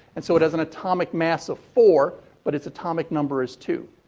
and, so, it has an atomic mass of four, but its atomic number is two.